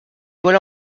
voilà